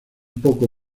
poco